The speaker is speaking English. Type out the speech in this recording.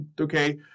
okay